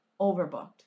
overbooked